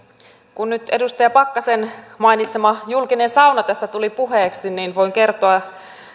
kun nyt edustaja pakkasen mainitsema julkinen sauna tässä tuli puheeksi niin voin kertoa